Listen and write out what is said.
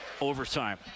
overtime